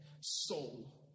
soul